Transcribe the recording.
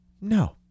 No